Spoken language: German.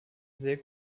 sehr